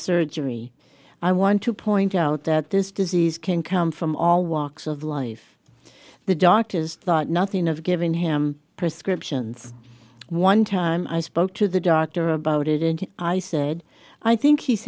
surgery i want to point out that this disease can come from all walks of life the doctors thought nothing of giving him prescriptions one time i spoke to the doctor about it and i said i think he's